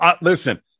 listen